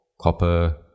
copper